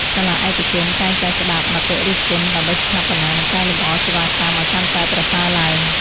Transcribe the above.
សាលាឯកជនតែងតែស្តាប់មតិរិះគន់ដើម្បីស្ថាបនានិងកែលម្អសេវាកម្មឱ្យកាន់តែប្រសើរឡើង។